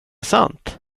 sant